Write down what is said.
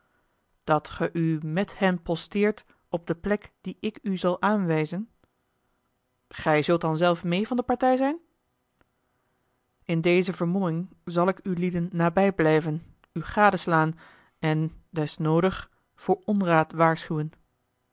dat ge u met hen posteert op de plek die ik u zal aanwijzen gij zult dan zelf meê van de partij zijn in deze vermomming zal ik ulieden nabijblijven u gadeslaan en des noodig voor onraad waarschuwen